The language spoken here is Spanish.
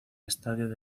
estadio